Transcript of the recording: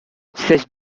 cesse